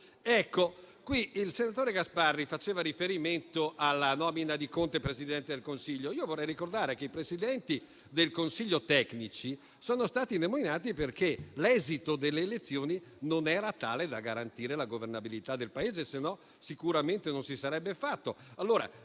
autorevoli. Il senatore Gasparri faceva riferimento alla nomina di Conte Presidente del Consiglio. Io vorrei ricordare che i Presidenti del Consiglio tecnici sono stati nominati perché l'esito delle elezioni non era tale da garantire la governabilità del Paese, altrimenti sicuramente non si sarebbe fatto.